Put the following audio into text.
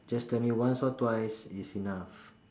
just tell me once or twice is enough